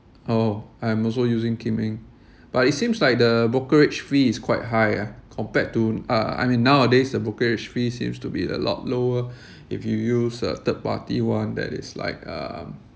oh I'm also using kim eng but it seems like the brokerage fee is quite high ah compared to uh I mean nowadays the brokerage fee seems to be a lot lower if you use a third party one that is like uh